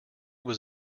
was